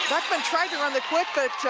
beckman tried to run the quick, but